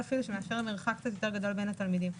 שמאפשר מרחק קצת יותר גדול בין התלמידים.